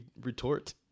retort